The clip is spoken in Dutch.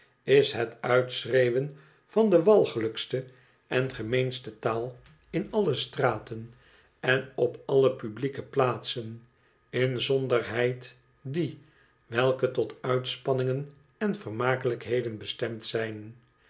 is het uitschreeuwen van de walgelijkste en gemeenste taal in alle straten en op alle publieke plaatsen inzonderheid die welke tot uitspanningen en vermakelijkheden bestemd zijn